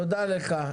תודה לך.